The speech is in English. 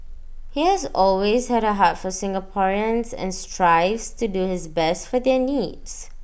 he has always had A heart for Singaporeans and strives to do his best for their needs